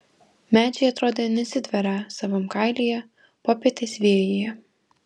medžiai atrodė nesitverią savam kailyje popietės vėjyje